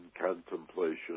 contemplation